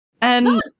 And-